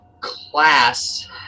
class